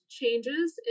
changes